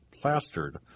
plastered